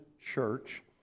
Church